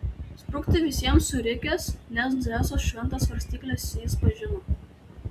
sprukti visiems surikęs nes dzeuso šventas svarstykles jis pažino